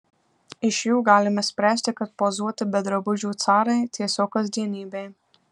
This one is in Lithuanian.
iš jų galime spręsti kad pozuoti be drabužių carai tiesiog kasdienybė